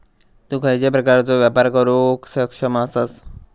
तु खयच्या प्रकारचो व्यापार करुक सक्षम आसस?